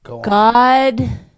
God